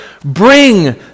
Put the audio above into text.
bring